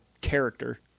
character